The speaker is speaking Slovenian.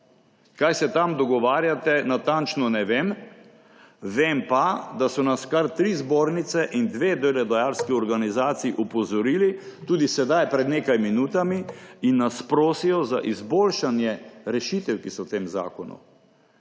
Kaj se tam dogovarjate, natančno ne vem, vem pa, da so nas kar tri zbornice in dve delodajalski organizaciji opozorili, tudi sedaj pred nekaj minutami, in nas prosijo za izboljšanje rešitev, ki so v tem zakonu.